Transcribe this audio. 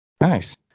Nice